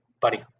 buddy